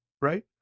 Right